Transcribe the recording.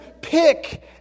pick